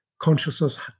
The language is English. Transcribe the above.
Consciousness